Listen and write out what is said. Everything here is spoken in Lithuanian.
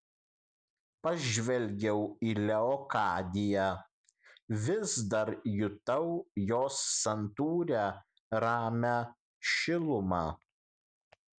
pažvelgiau į leokadiją vis dar jutau jos santūrią ramią šilumą